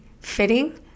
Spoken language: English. fitting